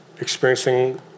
experiencing